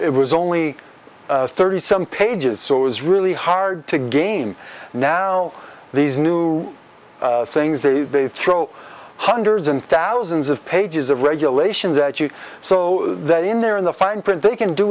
it was only thirty some pages so it was really hard to game now these new things they throw hundreds and thousands of pages of regulations that you so that in there in the fine print they can do